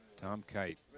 tom kite.